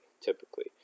Typically